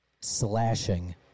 slashing